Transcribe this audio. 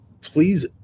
please